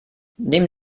nehmen